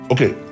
Okay